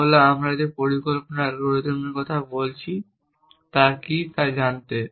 তা হল আমরা যে পরিকল্পনার অ্যালগরিদমটির কথা বলছি তা কী তা জানতে